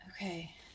okay